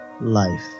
life